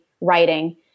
writing